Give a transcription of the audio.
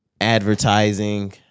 advertising